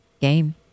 game